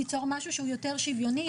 ליצור משהו שהוא יותר שוויוני,